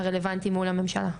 הרלוונטיים מול הממשלה.